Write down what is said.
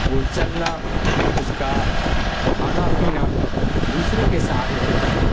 وہ چلنا اس کا کھانا پینا دوسرے کے سہارے ہوتا ہے